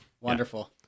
wonderful